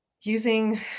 using